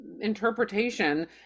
interpretation